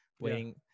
waiting